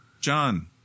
John